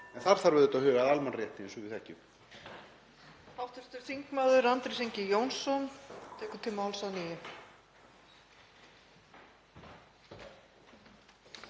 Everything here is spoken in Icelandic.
En þar þarf auðvitað að huga að almannarétti eins og við þekkjum.